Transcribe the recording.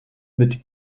mit